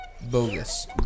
Bogus